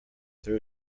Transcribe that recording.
there